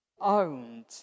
owned